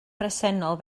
bresennol